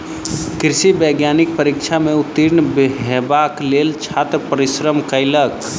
कृषि वैज्ञानिक परीक्षा में उत्तीर्ण हेबाक लेल छात्र परिश्रम कयलक